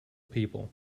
people